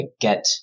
get